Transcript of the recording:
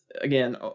again